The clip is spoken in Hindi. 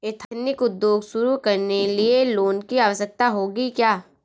एथनिक उद्योग शुरू करने लिए लोन की आवश्यकता होगी क्या?